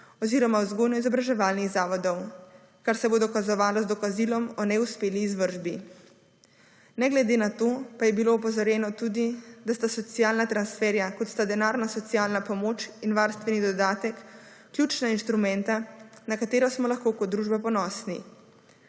oziroma vzgojno-izobraževalnih zavodov, kar se bo dokazovalo z dokazilom o neuspeli izvršbi. Ne glede na to pa je bilo opozorjeno tudi, da sta socialna transferja, kot sta denarna socialna pomoč in varstveni dodatek, ključna instrumenta, na katera smo lahko kot družba ponosni.